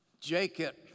Jacob